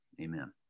amen